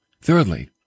Thirdly